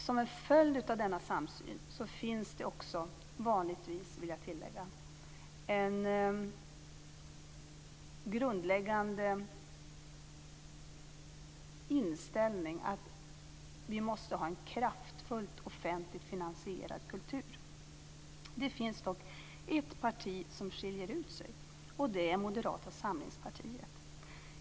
Som en följd av denna samsyn finns det också - vanligtvis, vill jag tillägga - en grundläggande inställning att vi måste ha en kraftfullt offentligt finansierad kultur. Det finns dock ett parti som skiljer ut sig, och det är Moderata samlingspartiet.